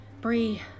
Bree